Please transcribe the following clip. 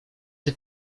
czy